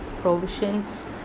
provisions